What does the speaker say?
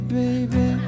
baby